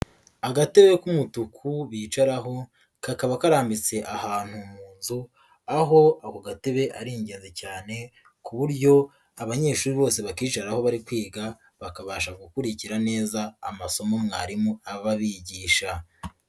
Agatebe k'umutuku bicaraho kakaba karambitse ahantu mu nzu, aho ako gatebe ari ingenzi cyane ku buryo abanyeshuri bose bakicara aho bari kwiga bakabasha gukurikira neza amasomo mwarimu aba abigisha.